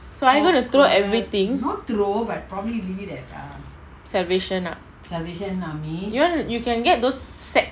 so are you going to throw everything salvation ah you want you can get those set